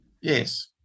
yes